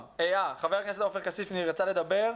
חבר הכנסת עופר כסיף רצה לדבר,